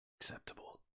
Acceptable